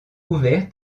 ouvert